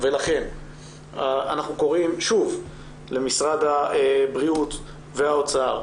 לכן אנחנו קוראים שוב למשרד הבריאות והאוצר,